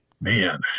Man